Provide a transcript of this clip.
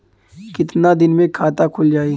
कितना दिन मे खाता खुल जाई?